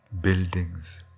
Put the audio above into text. Buildings